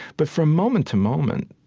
but from moment to moment,